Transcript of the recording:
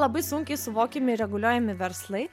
labai sunkiai suvokiami ir reguliuojami verslai